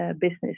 business